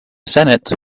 senate